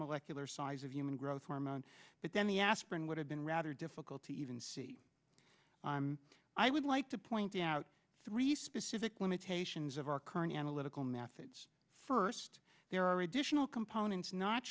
molecular size of human growth hormone but then the aspirin would have been rather difficult to even see i would like to point out three specific limitations of our current analytical methods first there are additional components not